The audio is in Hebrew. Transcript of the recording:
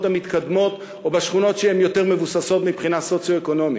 המתקדמות או בשכונות יותר מבוססות מבחינה סוציו-אקונומית?